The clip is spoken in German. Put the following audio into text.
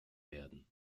werden